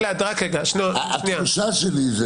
התחושה שלי,